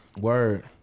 Word